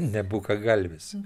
ne bukagalvis